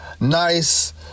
nice